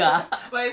mm